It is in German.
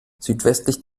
südwestlich